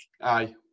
Aye